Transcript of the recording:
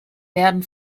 werden